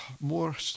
more